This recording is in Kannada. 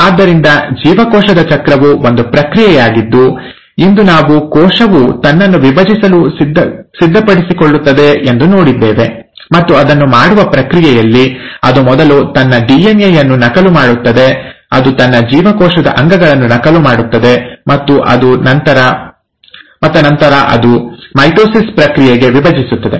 ಆದ್ದರಿಂದ ಜೀವಕೋಶದ ಚಕ್ರವು ಒಂದು ಪ್ರಕ್ರಿಯೆಯಾಗಿದ್ದು ಇಂದು ನಾವು ಕೋಶವು ತನ್ನನ್ನು ವಿಭಜಿಸಲು ಸಿದ್ಧಪಡಿಸಿಕೊಳ್ಳುತ್ತದೆ ಎಂದು ನೋಡಿದ್ದೇವೆ ಮತ್ತು ಅದನ್ನು ಮಾಡುವ ಪ್ರಕ್ರಿಯೆಯಲ್ಲಿ ಅದು ಮೊದಲು ತನ್ನ ಡಿಎನ್ಎ ಯನ್ನು ನಕಲು ಮಾಡುತ್ತದೆ ಅದು ತನ್ನ ಜೀವಕೋಶದ ಅಂಗಗಳನ್ನು ನಕಲು ಮಾಡುತ್ತದೆ ಮತ್ತು ನಂತರ ಅದು ಮೈಟೊಸಿಸ್ ಪ್ರಕ್ರಿಯೆಗೆ ವಿಭಜಿಸುತ್ತದೆ